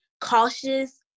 cautious